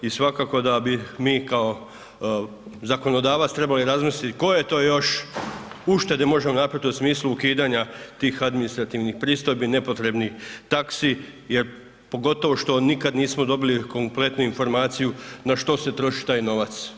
I svakako da bi mi kao zakonodavac trebali razmisliti koje to još uštede možemo napraviti u smislu ukidanja tih administrativnih pristojbi, nepotrebnih taksi jer, pogotovo što nikad nismo dobili kompletnu informaciju na što se troši taj novac.